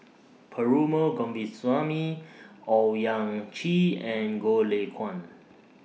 Perumal Govindaswamy Owyang Chi and Goh Lay Kuan